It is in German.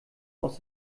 aus